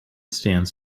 stands